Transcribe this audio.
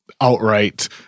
outright